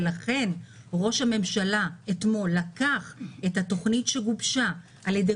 לכן ראש הממשלה לקח אתמול את התוכנית שגובשה על ידי